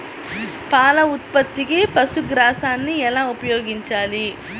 పాల ఉత్పత్తికి పశుగ్రాసాన్ని ఎలా ఉపయోగించాలి?